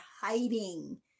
hiding